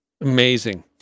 Amazing